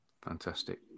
Fantastic